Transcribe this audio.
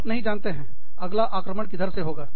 आप नहीं जानते हैं अगला आक्रमण किधर से होगा